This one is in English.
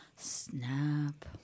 snap